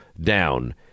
down